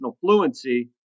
fluency